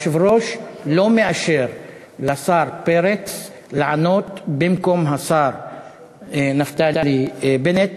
היושב-ראש לא מאשר לשר פרץ לענות במקום השר נפתלי בנט